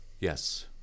Yes